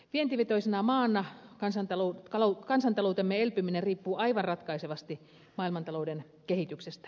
vientivetoisena maana kansantaloutemme elpyminen riippuu aivan ratkaisevasti maailmantalouden kehityksestä